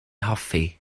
hoffi